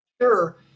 sure